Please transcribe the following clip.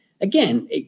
again